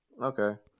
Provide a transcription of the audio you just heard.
Okay